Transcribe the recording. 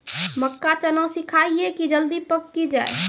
मक्का चना सिखाइए कि जल्दी पक की जय?